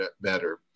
better